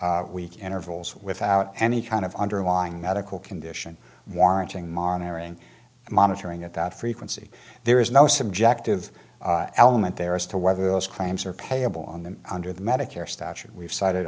six weeks intervals without any kind of underlying medical condition warranting monitoring monitoring at that frequency there is no subjective element there as to whether those claims are payable on them under the medicare stature we've cited